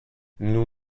nous